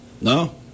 No